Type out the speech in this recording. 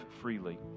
freely